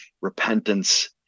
repentance